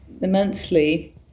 immensely